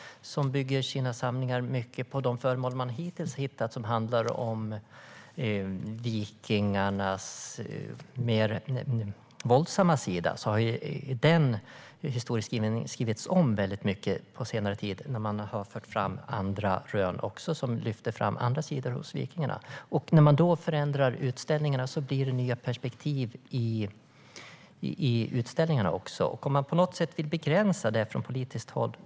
Museet bygger sina samlingar mycket på de föremål som hittills har hittats, och när det gäller vikingarnas mer våldsamma sida har ju historiebeskrivningen skrivits om väldigt mycket på senare tid då man har fått fram rön som lyfter fram även andra sidor hos vikingarna. När man då förändrar utställningarna blir det nya perspektiv i dem, och det är ett stort problem om någon vill begränsa detta från politiskt håll.